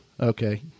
Okay